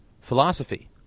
philosophy